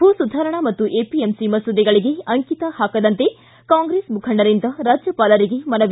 ಭೂ ಸುಧಾರಣಾ ಮತ್ತು ಎಪಿಎಂಸಿ ಮಸೂದೆಗಳಿಗೆ ಅಂಕಿತ ಪಾಕದಂತೆ ಕಾಂಗ್ರೆಸ್ ಮುಖಂಡರಿಂದ ರಾಜ್ಯಪಾಲರಿಗೆ ಮನವಿ